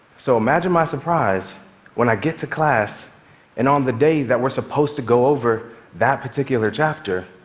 so imagine my surprise when i get to class and on the day that we're supposed to go over that particular chapter,